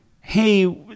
hey